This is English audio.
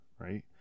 Right